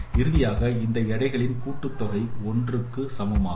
இறுதியாக இந்த எடைகளின் கூட்டுத்தொகை ஒன்றுக்கு சமமாகும்